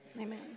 Amen